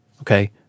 okay